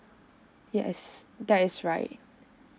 yes that is right